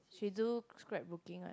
she do scrap booking one